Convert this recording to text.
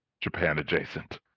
Japan-adjacent